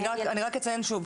אני רק אציין שוב,